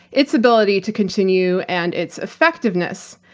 its ability to continue, and its effectiveness.